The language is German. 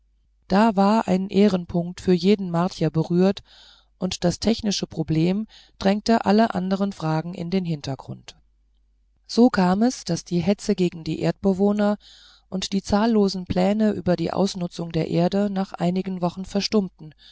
da war ein ehrenpunkt für jeden martier berührt und das technische problem drängte alle anderen fragen in den hintergrund so kam es daß die hetze gegen die erdbewohner und die zahllosen pläne über die ausnutzung der erde nach wenigen wochen verstummten